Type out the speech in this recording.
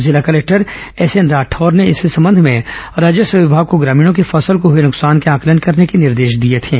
जिला collector SN Rathore ने इस सम्बन्ध में राजस्व विभाग को ग्रामीणों की फसल को हुए नुकसान के आंकलन करने निर्देश दिए थे